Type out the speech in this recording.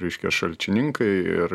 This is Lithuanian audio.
reiškia šalčininkai ir